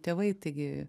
tėvai taigi